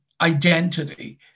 identity